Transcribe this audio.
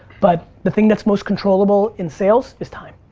but the thing that's most controllable in sales is time.